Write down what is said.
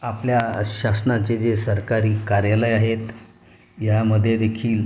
आपल्या शासनाचे जे सरकारी कार्यालय आहेत यामध्ये देखील